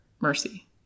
mercy